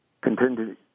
continue